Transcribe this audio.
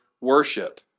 worship